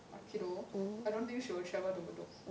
aikido I don't think she will travel to bedok